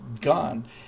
gone